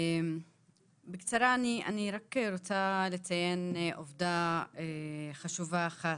אני רוצה לציין עובדה חשובה אחת,